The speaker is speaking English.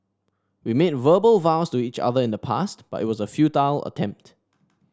we made verbal vows to each other in the past but it was a futile attempt